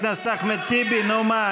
בבקשה, חבר הכנסת אחמד טיבי, נו, מה?